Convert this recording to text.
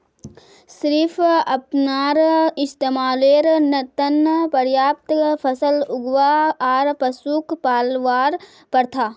सिर्फ अपनार इस्तमालेर त न पर्याप्त फसल उगव्वा आर पशुक पलवार प्रथा